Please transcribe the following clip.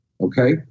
okay